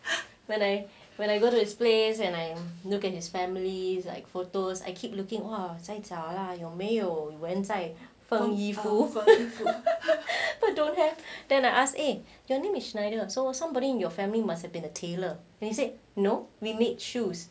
when I when I go to his place and I look at his family's like photos I keep looking lah 有没有在缝衣服 but don't have then I ask eh your name is schneider I'm so somebody in your family must have been a tailor then he say no we made shoes